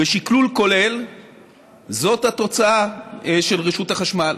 בשקלול כולל זאת התוצאה של רשות החשמל.